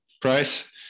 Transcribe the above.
price